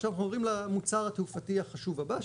עכשיו עוברים למוצר התעופתי החשוב הבא,